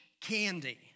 candy